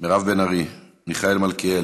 מירב בן ארי, מיכאל מלכיאלי.